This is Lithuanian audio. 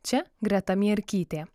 čia greta mierkytė